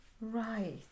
Right